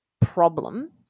problem